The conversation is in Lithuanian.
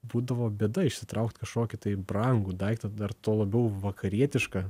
būdavo bėda išsitraukt kažkokį tai brangų daiktą dar tuo labiau vakarietišką